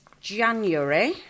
January